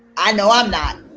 i know i'm not